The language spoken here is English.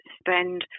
spend